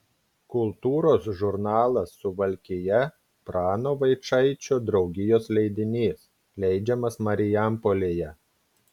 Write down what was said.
kultūros žurnalas suvalkija prano vaičaičio draugijos leidinys leidžiamas marijampolėje